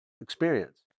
experience